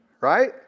right